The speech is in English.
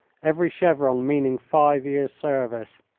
every chevron meaning five years' service.